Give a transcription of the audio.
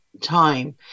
time